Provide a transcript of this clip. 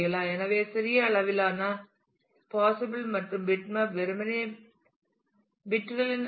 எனவே சிறிய அளவிலான பாசிப்பில் மற்றும் பிட்மேப் வெறுமனே பிட்களின் அரை